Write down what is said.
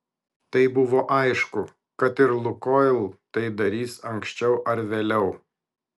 tai buvo aišku kad ir lukoil tai darys anksčiau ar vėliau